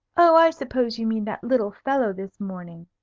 oh, i suppose you mean that little fellow this morning.